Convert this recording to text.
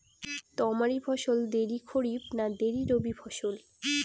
তামারি ফসল দেরী খরিফ না দেরী রবি ফসল?